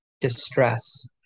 distress